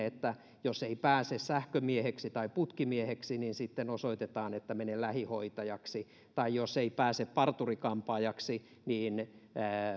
että jos ei pääse sähkömieheksi tai putkimieheksi niin sitten osoitetaan että mene lähihoitajaksi tai jos ei pääse parturi kampaajaksi niin